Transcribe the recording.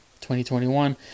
2021